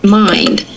mind